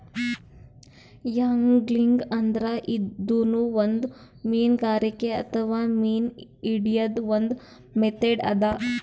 angling ಅಂದ್ರ ಇದೂನು ಒಂದ್ ಮೀನ್ಗಾರಿಕೆ ಅಥವಾ ಮೀನ್ ಹಿಡ್ಯದ್ದ್ ಒಂದ್ ಮೆಥಡ್ ಅದಾ